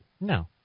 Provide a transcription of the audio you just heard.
No